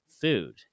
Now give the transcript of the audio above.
food